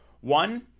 one